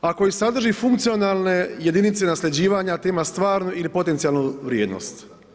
Ako i sadrži funkcionalne jedinice nasljeđivanja te ima stvarnu ili potencijalnu vrijednost.